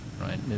right